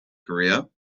korea